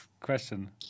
question